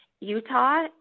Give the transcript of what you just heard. Utah